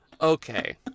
Okay